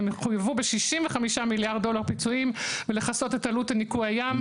הם חויבו ב-65 מיליארד דולר פיצויים כדי לכסות את עלות ניקוי הים.